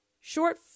short-